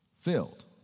filled